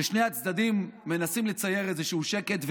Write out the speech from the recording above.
ששני הצדדים מנסים לצייר איזשהו שקט,